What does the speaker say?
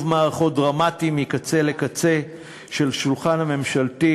מערכות דרמטי מקצה לקצה של השולחן הממשלתי,